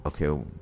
okay